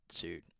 dude